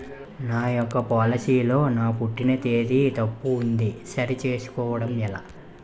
నా యెక్క పోలసీ లో నా పుట్టిన తేదీ తప్పు ఉంది సరి చేసుకోవడం ఎలా?